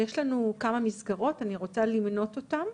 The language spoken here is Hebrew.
יש לנו כמה מסגרות, אני רוצה למנות אותן,